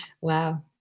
wow